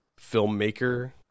filmmaker